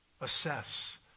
Assess